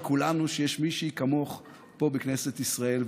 כולנו שיש מישהי כמוך פה בכנסת ישראל,